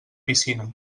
piscina